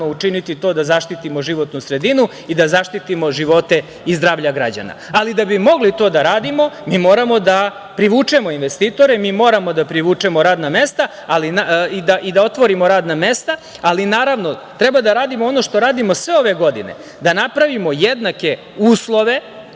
učiniti to da zaštitimo životnu sredinu i da zaštitimo živote i zdravlje građana. Ali, da bismo mogli to da radimo mi moramo da privučemo investitore, mi moramo da privučemo radna mesta i da otvorimo radna mesta, ali naravno treba da radimo ono što radimo sve ove godine, da napravimo jednake uslove